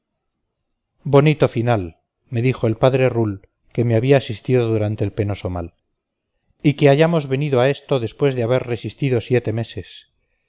bonito final me dijo el padre rull que me había asistido durante el penoso mal y que hayamos venido a esto después de haber resistido siete meses